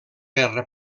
guerra